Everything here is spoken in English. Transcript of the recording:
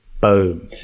Boom